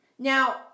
Now